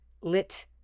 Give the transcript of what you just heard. lit